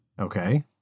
Okay